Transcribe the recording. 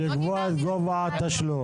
הוא צריך לקבוע את גובה התשלום.